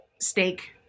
steak